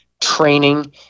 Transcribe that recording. training